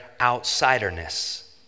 outsider-ness